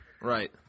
Right